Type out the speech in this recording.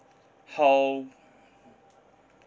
how